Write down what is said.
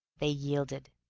they yielded.